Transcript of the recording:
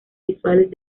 visuales